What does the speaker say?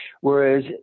Whereas